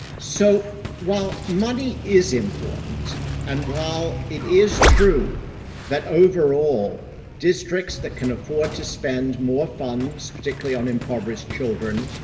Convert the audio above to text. so, while money is important and while it is true that overall districts that can afford to spend more funds, particularly on impoverished children,